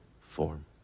form